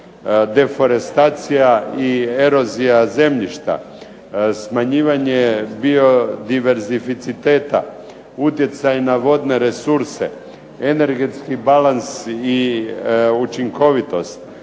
deforestacija i erozija zemljišta, smanjivanje biodiverzificiteta, utjecaj na vodne resurse, energetski balans i učinkovitost,